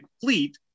Fleet